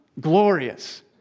Glorious